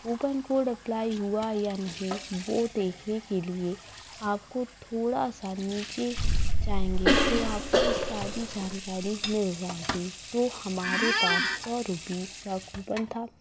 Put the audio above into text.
coupon code apply हुआ या नहीं वो देखने के लिए आपको थोड़ा सा नीचे जाएँगे तो आपको सारी जानकारी मिल जाएगी तो हमारे पास सौ रुपीस का कूपन था